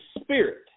spirit